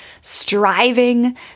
striving